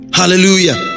hallelujah